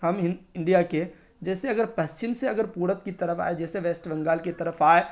ہم ان انڈیا کے جیسے اگر پچھم سے اگر پورب کی طرف آئے جیسے ویسٹ بنگال کی طرف آئے